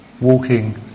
walking